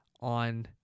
on